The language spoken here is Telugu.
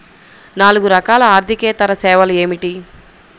నాలుగు రకాల ఆర్థికేతర సేవలు ఏమిటీ?